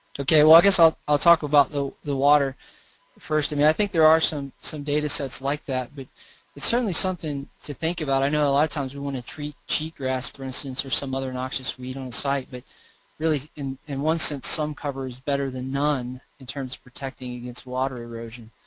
ok well i guess i'll i'll talk about the, the water first, i mean i think there are some, some datasets like that but it's certainly something to think about. i know a lot of times we wanna treat cheatgrass for instance or some other noxious weed on a site but really in, in one sense some cover is better than none in terms of protecting against water erosion.